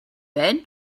doing